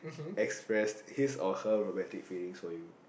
express his or her romantic feeling for you